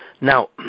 Now